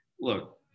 look